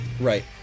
Right